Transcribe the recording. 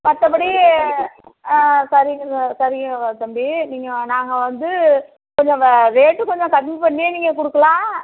மற்றபடி ஆ சரிங்க சரிங்க தம்பி நீங்கள் நாங்கள் வந்து கொஞ்சம் வ ரேட்டு கொஞ்சம் கம்மி பண்ணியே நீங்கள் கொடுக்குலாம்